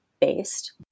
based